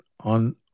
on